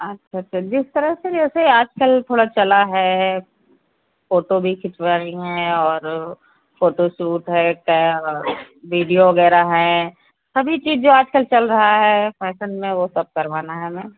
अच्छा चल जिस तरह से जैसे आजकल थोड़ा चला है फोटो भी खिचवानी है और फोटो सूट है विडिओ वगैरह है सभी चीज जो आजकल चल रहा है फैसन में वो सब करवाना है हमें